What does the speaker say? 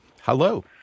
Hello